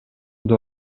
доо